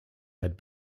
had